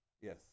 Yes